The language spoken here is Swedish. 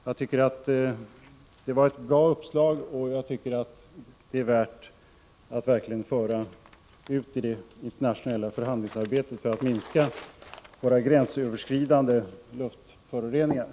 Jag tycker att det var ett bra uppslag värt att verkligen föra ut i det internationella förhandlingsarbetet för att minska de gränsöverskridande luftföroreningarna.